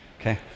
Okay